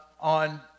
On